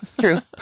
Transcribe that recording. True